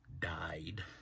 died